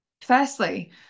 firstly